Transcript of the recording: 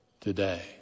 today